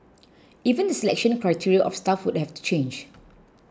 even the selection criteria of staff would have to change